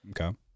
Okay